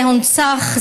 זה הונצח,